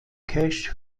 cash